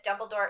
Dumbledore